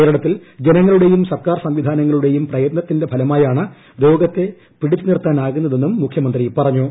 കേരളത്തിൽ ജനങ്ങളുടെയും സംവിധാനങ്ങളുടെയും പ്രയത്നത്തിന്റെ ഫലമായാണ് സർക്കാർ രോഗത്തെ പിടിച്ചുനിർത്താനാകുന്നതെന്ന് മുഖ്യമന്ത്രി പറഞ്ഞു